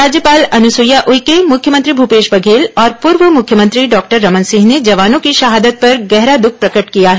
राज्यपाल अनुसुईया उइके मुख्यमंत्री भूपेश बघेल और पूर्व मुख्यमंत्री डाक्टर रमन सिंह ने जवानों की शहादत पर गहरा दुख प्रकट किया है